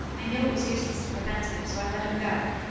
i knew it was useless to prevent him, so i let him go.